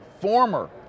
former